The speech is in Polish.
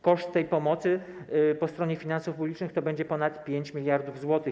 Koszt tej pomocy po stronie finansów publicznych to będzie ponad 5 mld zł.